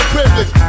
Privilege